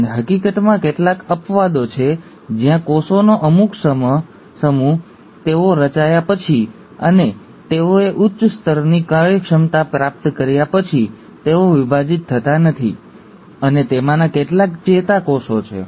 અને હકીકતમાં કેટલાક અપવાદો છે જ્યાં કોષોનો અમુક સમૂહ તેઓ રચાયા પછી અને તેઓએ ઉચ્ચ સ્તરની કાર્યક્ષમતા પ્રાપ્ત કર્યા પછી તેઓ વિભાજિત થતા નથી અને તેમાંના કેટલાક ચેતા કોષો છે